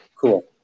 cool